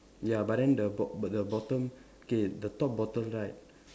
ya but then the bot the bottom okay the top bottom right